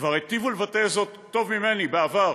כבר היטיבו לבטא זאת ממני בעבר,